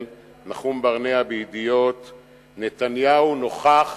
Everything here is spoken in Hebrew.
נחום ברנע ב"ידיעות אחרונות": "נתניהו נוכח